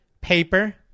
paper